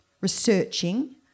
researching